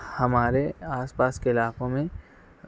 ہمارے آس پاس کے علاقوں میں